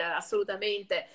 assolutamente